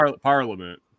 parliament